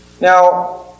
Now